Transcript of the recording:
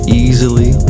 easily